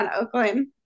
Oakland